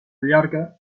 llarga